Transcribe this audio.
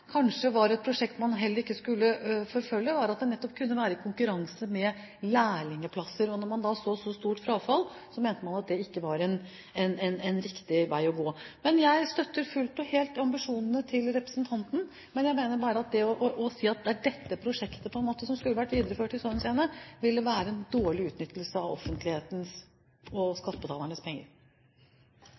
kanskje var et prosjekt man ikke skulle forfølge, var at det nettopp kunne være i konkurranse med lærlingplasser. Når man da så et så stort frafall, mente man at det ikke var en riktig vei å gå. Men jeg støtter fullt og helt ambisjonene til representanten. Jeg mener at det å si at det er dette prosjektet som skulle vært videreført i så henseende, ville være en dårlig utnyttelse av offentlighetens og skattebetalernes penger.